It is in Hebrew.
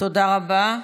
תודה רבה.